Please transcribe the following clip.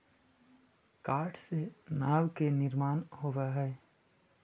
काठ से नाव के निर्माण होवऽ हई